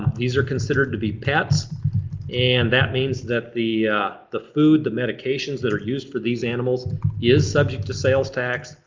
these are considered to be pets and that means that the the food, the medications that are used for these animals is subject to sales tax.